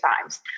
times